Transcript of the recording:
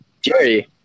Jerry